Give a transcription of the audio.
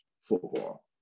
football